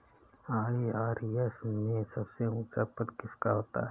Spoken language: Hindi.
आई.आर.एस में सबसे ऊंचा पद किसका होता है?